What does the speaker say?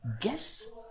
Guess